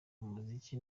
umuziki